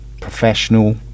professional